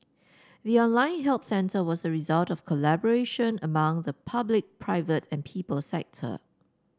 the online help centre was a result of collaboration among the public private and people sector